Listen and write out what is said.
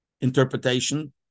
interpretation